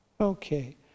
okay